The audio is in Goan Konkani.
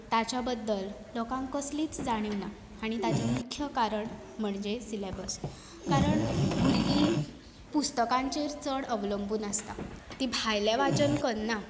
ताच्या बद्दल लोकांक कसलींच जाणीव ना आनी ताचे मुख्य कारण म्हणजे सिलेबस कारण भुरगीं पुस्तकाचेर चड अवलबूंन आसतां ती भायलें वाचन करना